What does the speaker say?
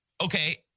Okay